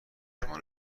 شما